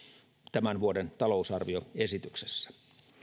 tämän vuoden talousarvioesityksessä